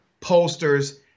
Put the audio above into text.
pollsters